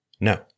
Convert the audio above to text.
No